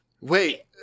Wait